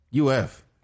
UF